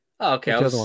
Okay